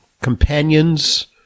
companions